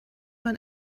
man